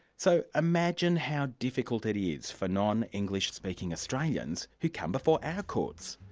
so imagine how difficult it is for non-english speaking australians who come before our courts.